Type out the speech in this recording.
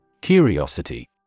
Curiosity